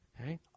Okay